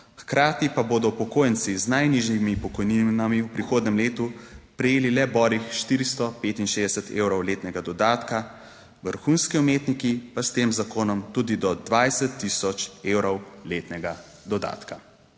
hkrati pa bodo upokojenci z najnižjimi pokojninami v prihodnjem letu prejeli le borih 465 evrov letnega dodatka, vrhunski umetniki pa s tem zakonom tudi do 20 tisoč evrov letnega dodatka.